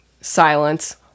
silence